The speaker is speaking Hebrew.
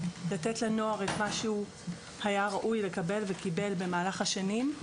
לתת לנוער את מה שהוא היה ראוי לקבל וקיבל במהלך השנים,